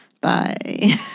bye